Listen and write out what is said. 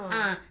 ah